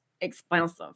expensive